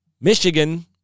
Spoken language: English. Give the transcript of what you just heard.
Michigan